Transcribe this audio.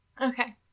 Okay